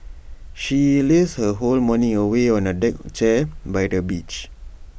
she lazed her whole morning away on A deck chair by the beach